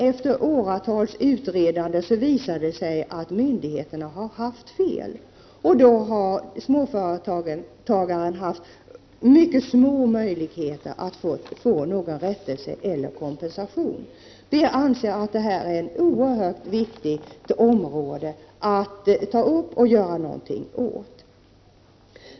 Efter flera års utredande har det sedan visat sig att myndigheterna har haft fel, och då har småföretagarna haft mycket små möjligheter att få rättelse eller kompensation. Vi i folkpartiet anser att detta är ett oerhört viktigt område att ta upp och göra något åt.